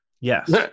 Yes